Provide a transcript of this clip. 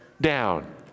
down